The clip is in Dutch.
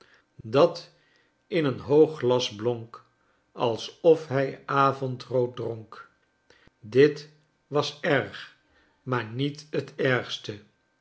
dat in een hoog glas blonk alsof hij avondrood dronk dit was erg maar niet het ergste